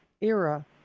era